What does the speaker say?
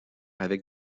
avec